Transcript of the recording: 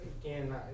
Again